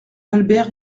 albert